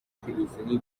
تلویزیونی